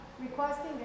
requesting